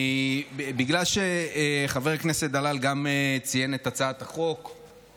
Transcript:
בגלל שחבר הכנסת דלל גם ציין את הצעת החוק,